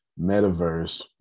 metaverse